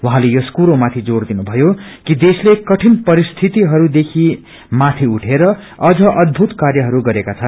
उहाँले यस कुरो माथि जोड़ दिनु भयो कि देशले कठिन परिस्यतिहरूदेखि माथि उठेर अम्न अदूपूत कार्यहरू गरेका छन्